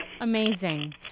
Amazing